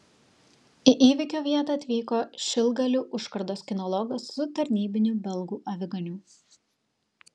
į įvykio vietą atvyko šilgalių užkardos kinologas su tarnybiniu belgų aviganiu